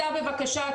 סע בבקשה,